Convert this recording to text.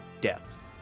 Death